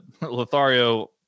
Lothario